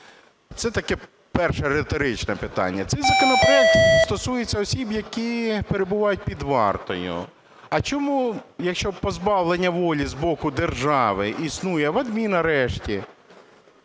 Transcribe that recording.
Це таке перше риторичне питання. Цей законопроект стосується осіб, які перебувають під вартою. А чому, якщо позбавлення волі з боку держави існує в адмінарешті?